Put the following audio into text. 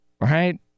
right